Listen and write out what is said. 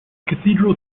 cathedral